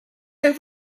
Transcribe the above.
have